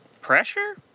pressure